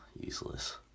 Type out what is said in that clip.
Useless